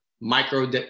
micro